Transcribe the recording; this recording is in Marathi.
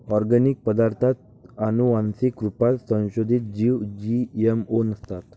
ओर्गानिक पदार्ताथ आनुवान्सिक रुपात संसोधीत जीव जी.एम.ओ नसतात